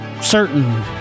certain